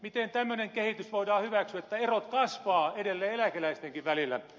miten tämmöinen kehitys voidaan hyväksyä että erot kasvavat edelleen eläkeläistenkin välillä